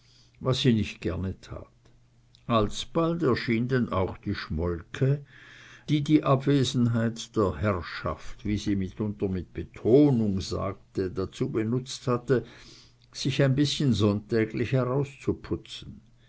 was sie nicht gerne tat alsbald erschien denn auch die schmolke die die abwesenheit der herrschaft wie sie mitunter mit betonung sagte dazu benutzt hatte sich ein bißchen sonntäglich